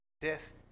Death